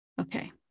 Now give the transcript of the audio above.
Okay